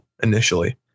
initially